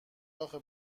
آخه